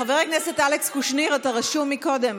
חבר הכנסת אלכס קושניר, אתה רשום מקודם.